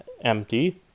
empty